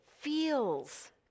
feels